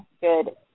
good